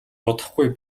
бодохгүй